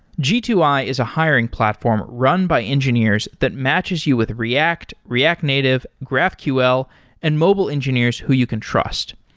g two i is a hiring platform run by engineers that matches you with react, react native, graphql and mobile engineers who you can trust.